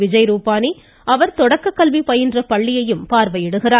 விஜய்ருபானி அவர் தொடக்கக்கல்வி பயின்ற பள்ளியையும் பார்வையிடுகிறார்